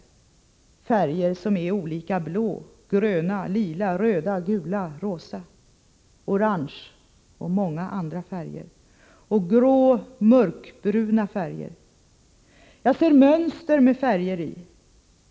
Färger som är olika blå, gröna, lila, röda, gula, rosa, orange och många andra färger, och grå, mörkbruna färger. Jag ser mönster med färger i.